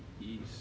east